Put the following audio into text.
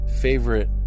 favorite